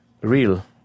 real